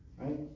right